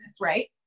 right